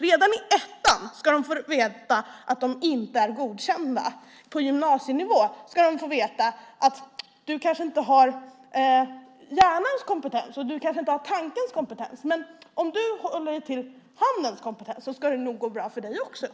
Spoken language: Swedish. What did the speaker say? Redan i ettan ska de få veta att de inte är godkända. På gymnasienivå ska de få höra: Du har kanske inte hjärnans kompetens, och du har kanske inte tankens kompetens. Men om du håller dig till handens kompetens ska det nog gå bra för dig också.